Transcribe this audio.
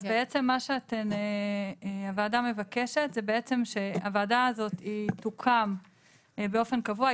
אז בעצם מה שהוועדה מבקשת זה שהוועדה הזאת תוקם באופן קבוע,